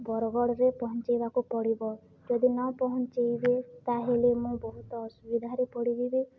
ବରଗଡ଼ରେ ପହଁଞ୍ଚେଇବାକୁ ପଡ଼ିବ ଯଦି ନ ପହଁଞ୍ଚେଇବେ ତାହେଲେ ମୁଁ ବହୁତ ଅସୁବିଧାରେ ପଡ଼ିଯିବି